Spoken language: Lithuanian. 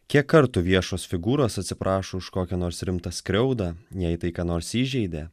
kiek kartų viešos figūros atsiprašo už kokią nors rimtą skriaudą jei tai ką nors įžeidė